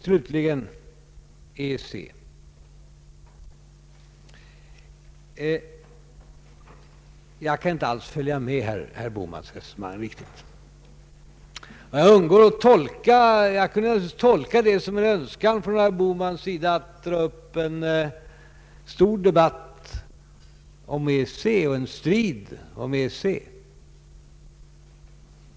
Slutligen vill jag ta upp EEC. Jag kan inte alls följa med herr Bohmans resonemang. Jag kunde naturligtvis tolka det som en önskan från herr Bohmans sida att dra upp en stor debatt och en strid om EEC.